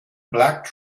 black